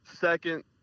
second